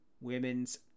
women's